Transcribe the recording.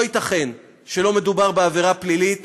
לא ייתכן שלא מדובר בעבירה פלילית.